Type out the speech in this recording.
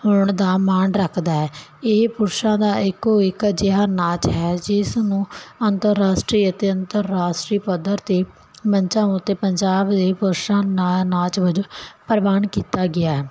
ਹੋਣ ਦਾ ਮਾਣ ਰੱਖਦਾ ਇਹ ਪੁਰਸ਼ਾਂ ਦਾ ਇਕੋ ਇਕ ਅਜਿਹਾ ਨਾਚ ਹੈ ਜਿਸ ਨੂੰ ਅੰਤਰਰਾਸ਼ਟਰੀ ਅਤੇ ਅੰਤਰਰਾਸ਼ਟਰੀ ਪੱਧਰ ਤੇ ਮੰਚਾ ਉਤੇ ਪੰਜਾਬ ਦੀ ਪੁਰਸ਼ਾਂ ਨਾਚ ਵਜੋਂ ਪ੍ਰਵਾਨ ਕੀਤਾ ਗਿਆ